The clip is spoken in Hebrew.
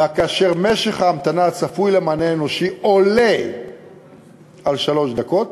וכאשר משך ההמתנה הצפוי למענה האנושי עולה על שלוש דקות,